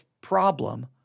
problem